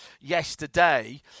yesterday